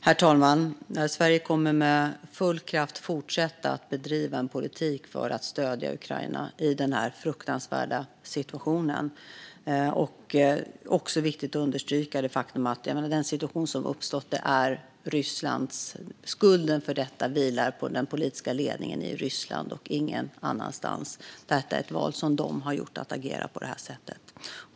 Herr talman! Sverige kommer med full kraft att fortsätta att bedriva en politik för att stödja Ukraina i denna fruktansvärda situation. Det är också viktigt att understryka att skulden för den situation som uppstått vilar på den politiska ledningen i Ryssland och ingen annan. Att agera på detta sätt är ett val de har gjort.